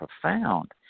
profound